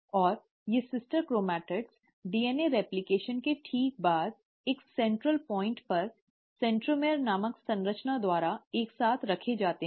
और ये sister chromatid DNA replication के ठीक बाद एक केंद्रीय बिंदु पर सेंट्रोक्रोम नामक संरचना द्वारा एक साथ रखें जाते हैं